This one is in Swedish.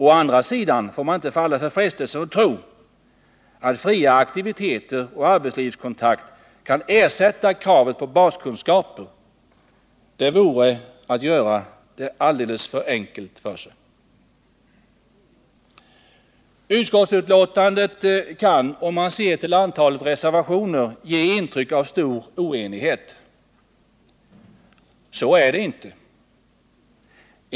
Å andra sidan får man inte falla för frestelsen att tro att fria aktiviteter och arbetslivskontakter kan ersätta kravet på baskunskaper. Det vore att göra det alldeles för enkelt för sig. Utskottsbetänkandet kan, om man ser till antalet reservationer, ge intryck av stor oenighet. Så är det inte.